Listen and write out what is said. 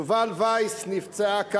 יובל וייס נפצעה קל,